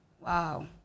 Wow